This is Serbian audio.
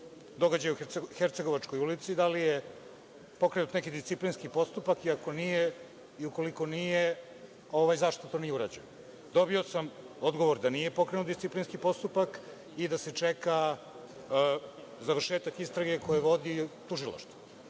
događaja u Hercegovačkoj ulici. Da li je pokrenut neki disciplinski postupak i ukoliko nije, zašto to nije urađeno? Dobio sam odgovor da nije pokrenut disciplinski postupak i da se čeka završetak istrage koja vodi Tužilaštvu.